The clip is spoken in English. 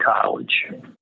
College